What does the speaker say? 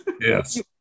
Yes